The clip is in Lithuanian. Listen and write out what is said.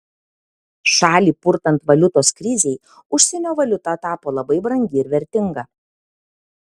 šalį purtant valiutos krizei užsienio valiuta tapo labai brangi ir vertinga